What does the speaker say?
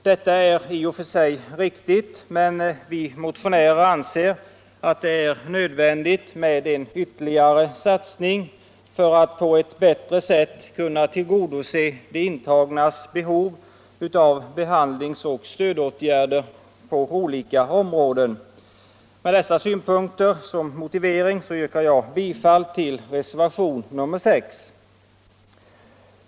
Detta är i och för sig riktigt, men vi motionärer anser att det är nödvändigt med en ytterligare satsning för att på ett bättre sätt kunna tillgodose de intagnas behov av behandlingsoch stödåtgärder på olika områden. Med dessa synpunkter som motivering yrkar jag bifall till reservationen 6.